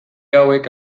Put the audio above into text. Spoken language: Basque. hauek